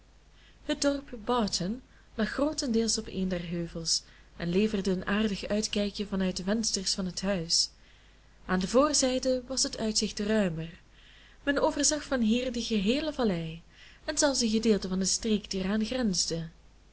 het dorp barton lag grootendeels op een dier heuvels en leverde een aardig uitkijkje van uit de vensters van het huis aan de voorzijde was het uitzicht ruimer men overzag van hier de geheele vallei en zelfs een gedeelte van de streek die eraan grensde